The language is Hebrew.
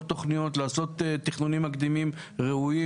תכניות ולעשות תכנונים מקדימים וראויים.